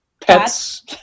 pets